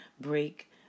break